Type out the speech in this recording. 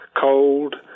cold